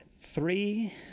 Three